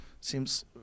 seems